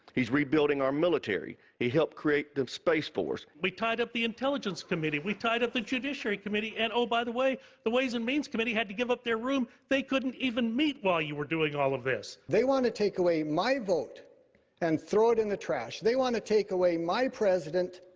he's rebuilding our military, he helped create the space force. we tied up the intelligence committee, we tied up the judiciary committee, and, oh, by the way, the ways and means committee had to give up their room. they couldn't even meet while you were doing all of this. they want to take away my vote and throw it in the trash. they want to take away my president.